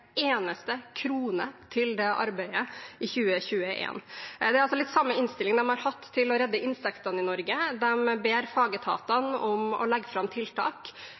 eneste krone til det arbeidet i 2021. Det er litt samme innstilling de har hatt til å redde insektene i Norge. De ber fagetatene om å legge fram tiltak,